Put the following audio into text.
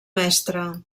mestre